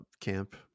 camp